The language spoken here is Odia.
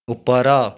ଉପର